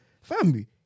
family